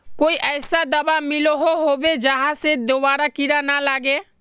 कोई ऐसा दाबा मिलोहो होबे जहा से दोबारा कीड़ा ना लागे?